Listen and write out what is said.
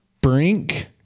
Brink